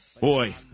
Boy